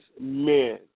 men